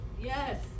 yes